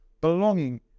Belonging